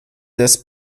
des